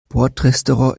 bordrestaurant